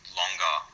longer